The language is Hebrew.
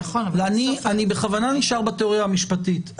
ואני בכוונה נשאר בתאוריה המשפטית.